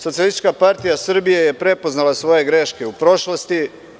Socijalistička partija Srbije je prepoznala svoje greške u prošlosti.